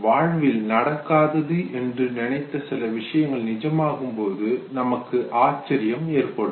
வாழ்வில் நடக்காது என்று நினைத்த சில விஷயங்கள் நிஜமாகும் போது நமக்கு ஆச்சரியம் ஏற்படும்